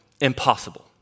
impossible